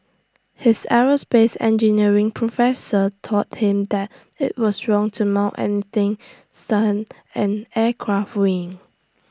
his aerospace engineering professor taught him that IT was wrong to mount any things down an aircraft wing